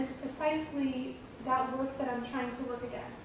precisely that work that i'm trying to work yeah